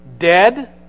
dead